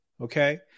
Okay